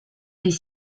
des